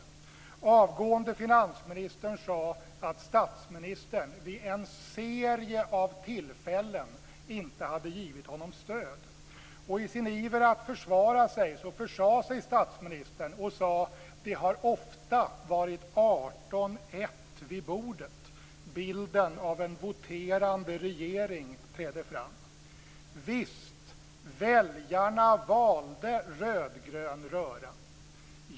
Den avgående finansministern sade att statsministern vid en serie av tillfällen inte hade givit honom stöd. I sin iver att försvara sig försade sig statsministern och sade: Det har ofta varit 18-1 vid bordet. Bilden av en voterande regering träder fram. Visst, väljarna valde rödgrön röra.